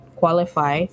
qualify